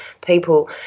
people